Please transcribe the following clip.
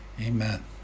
Amen